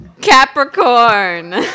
Capricorn